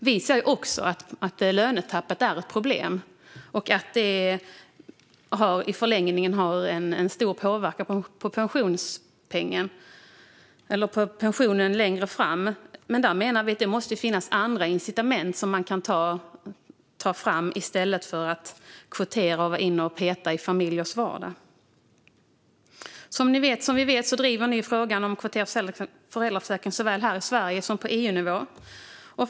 Vi ser också att lönetappet är ett problem och att det i förlängningen har en stor påverkan på pensionen längre fram. Vi menar dock att det måste finnas andra incitament att ta fram i stället för att kvotera och vara inne och peta i familjers vardag. Som vi vet driver ni frågan om kvoterad föräldraförsäkring såväl här i Sverige som på EU-nivå.